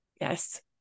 Yes